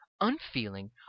unfeeling